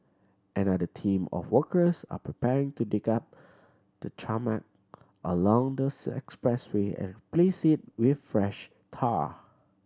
another team of workers are preparing to dig up the tarmac along the expressway and place it with fresh tar